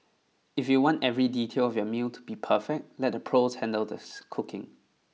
if you want every detail of your meal to be perfect let the pros handle this cooking